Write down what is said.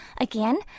Again